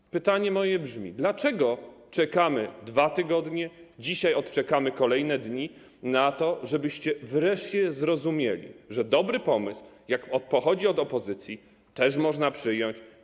Moje pytanie brzmi: Dlaczego czekamy 2 tygodnie - teraz odczekamy kolejne dni - na to, żebyście wreszcie zrozumieli, że dobry pomysł, jeśli pochodzi od opozycji, też można przyjąć?